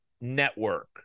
network